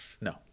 no